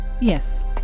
yes